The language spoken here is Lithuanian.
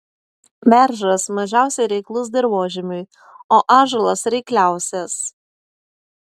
beržas mažiausiai reiklus dirvožemiui o ąžuolas reikliausias